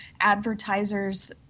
advertisers